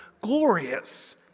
glorious